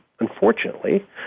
Unfortunately